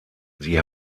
sie